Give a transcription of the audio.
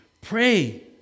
Pray